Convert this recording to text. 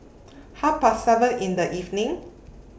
Half Past seven in The evening